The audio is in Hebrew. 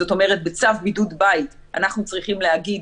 זאת אומרת בצו בידוד בית אנחנו צריכים להגיד